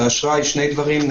שני דברים.